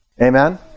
Amen